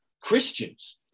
christians